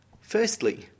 Firstly